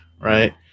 Right